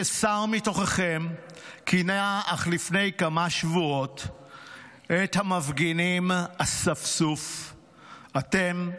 ששר מתוככם כינה אך לפני כמה שבועות את המפגינים "אספסוף"; אתם,